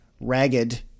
ragged